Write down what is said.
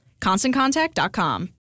ConstantContact.com